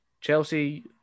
Chelsea